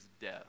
death